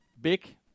big